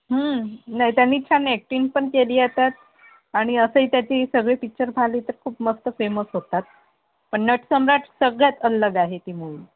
नाही त्यांनी छान ॲक्टिंग पण केली आहे त्यात आणि असंही त्याची सगळी पिक्चर पाहिली तर खूप मस्त फेमस होतात पण नटसम्राट सगळ्यात अलग आहे ती मूवी